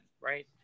right